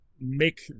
make